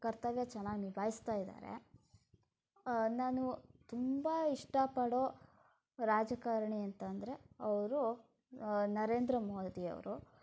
ಕರ್ತವ್ಯ ಚೆನ್ನಾಗಿ ನಿಭಾಯಿಸ್ತಾಯಿದ್ದಾರೆ ನಾನು ತುಂಬ ಇಷ್ಟಪಡೋ ರಾಜಕಾರಣಿ ಅಂತ ಅಂದರೆ ಅವರು ನರೇಂದ್ರ ಮೋದಿಯವರು